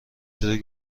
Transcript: چروک